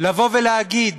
לבוא ולהגיד